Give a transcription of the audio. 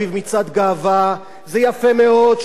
זה יפה מאוד שיש תאים גאים במפלגות.